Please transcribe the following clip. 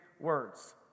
words